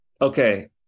Okay